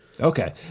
Okay